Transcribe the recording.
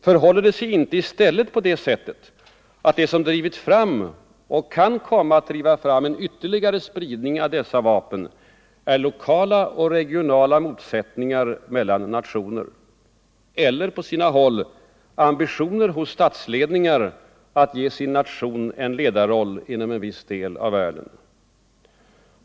Förhåller det sig inte i stället på det sättet, att det som drivit fram och kan komma att driva fram en ytterligare spridning av dessa vapen är lokala och regionala motsättningar mellan nationer — eller på sina håll ambitioner hos statsledningar att ge sin nation en ledarroll inom en viss del av världen?